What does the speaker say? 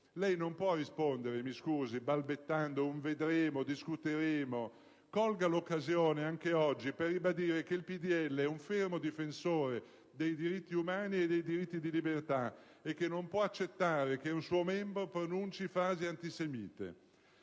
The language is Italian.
Lei non può rispondere, balbettando, un "vedremo", "discuteremo". Colga l'occasione anche oggi per ribadire che il PdL è un fermo difensore dei diritti umani e dei diritti di libertà e che non può accettare che un suo membro pronunci frasi antisemite.